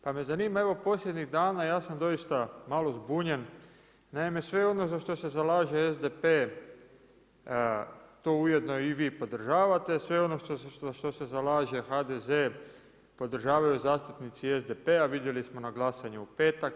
Pa me zanima evo posljednjih dana ja sam doista malo zbunjen, naime sve ono za što se zalaže SDP to ujedno i vi podržavate, sve ono za što se zalaže HDZ podržavaju zastupnici SDP-a, vidjeli smo na glasovanju petak.